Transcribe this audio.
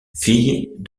fille